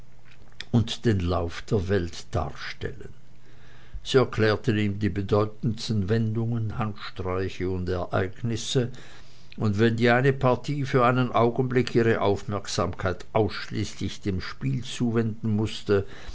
und den lauf der welt darstellen sie erklärten ihm die bedeutendsten wendungen handstreiche und ereignisse und wenn die eine partei für einen augenblick ihre aufmerksamkeit ausschließlich dem spiele zuwenden mußte